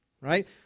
Right